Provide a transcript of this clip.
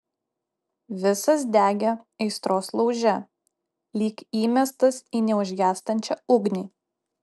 visas degė aistros lauže lyg įmestas į neužgęstančią ugnį